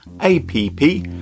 A-P-P